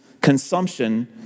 consumption